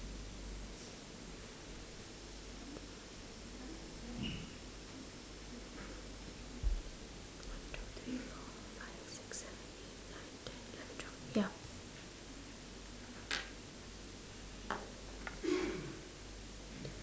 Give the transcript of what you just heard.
one two three four five six seven eight nine ten eleven twelve ya